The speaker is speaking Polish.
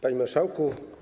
Panie Marszałku!